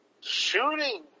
shooting